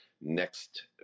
next